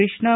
Krishna